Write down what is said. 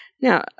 Now